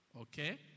Okay